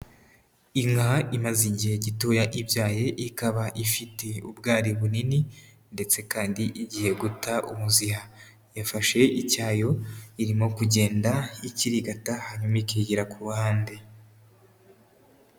Inka imaze igihe gitoya ibyaye ikaba ifite ubwari bunini ndetse kandi igiye guta umuziha. Yafashe icyayo irimo kugenda ikirigata hanyuma ikigira ku ruhande.